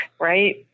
right